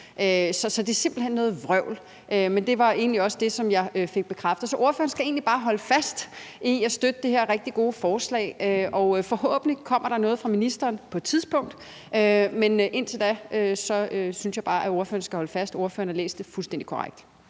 Så det er simpelt hen noget vrøvl, men det var egentlig også bare det, jeg fik bekræftet. Så ordføreren skal egentlig bare holde fast i at støtte det her rigtig gode forslag, og forhåbentlig kommer der noget fra ministeren på et tidspunkt, men indtil da synes jeg bare, at ordføreren skal holde fast, for ordføreren har læst det fuldstændig korrekt.